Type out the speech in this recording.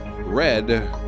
red